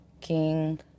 King